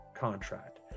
contract